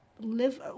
Live